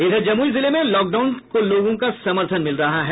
इधर जमुई जिले में लॉकडाउन को लोगों का समर्थन मिल रहा है